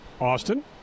Austin